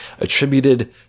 Attributed